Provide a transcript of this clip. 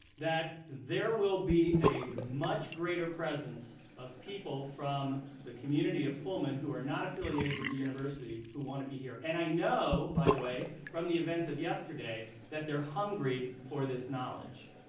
that there will be a much greater presence of people from the community of pullman who are not affiliated with the university who want to be here. and i know, by the way, from the events of yesterday that they're hungry for this knowledge.